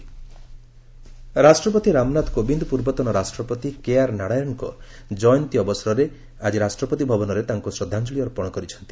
ପ୍ରେକ୍ ହୋମେଜ୍ ରାଷ୍ଟ୍ରପତି ରାମନାଥ କୋବିନ୍ଦ ପୂର୍ବତନ ରାଷ୍ଟ୍ରପତି କେଆର୍ନାରାୟଣନ୍ଙ୍କ ଜୟନ୍ତୀ ଅବସରରେ ଆଜି ରାଷ୍ଟ୍ରପତି ଭବନରେ ତାଙ୍କୁ ଶ୍ରଦ୍ଧାଞ୍ଜଳି ଅର୍ପଣ କରିଛନ୍ତି